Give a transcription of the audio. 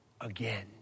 again